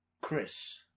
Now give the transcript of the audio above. Chris